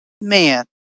Man